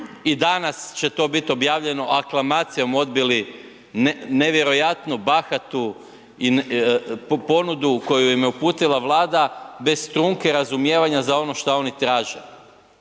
i danas će to biti objavljeno aklamacijom odbili nevjerojatno bahatu ponudu koju im je uputila Vlada bez trunke razumijevanja za ono što oni traže.